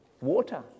water